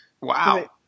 Wow